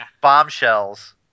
bombshells